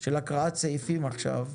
של הקראת סעיפים עכשיו,